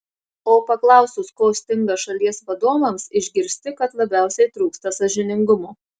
o paklausus ko stinga šalies vadovams išgirsti kad labiausiai trūksta sąžiningumo